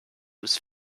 was